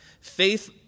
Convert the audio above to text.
Faith